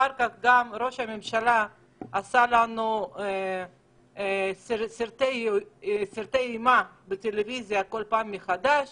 לאחר מכן ראש הממשלה עשה לנו סרטי אימה בטלוויזיה כל פעם מחדש